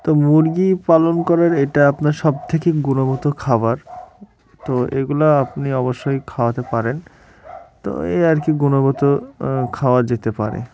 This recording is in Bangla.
তো মুরগি পালন করার এটা আপনার সবথেকে গুণগত খাবার তো এগুলো আপনি অবশ্যই খাওয়াতে পারেন তো এই আর কি গুণগত খাওয়া যেতে পারে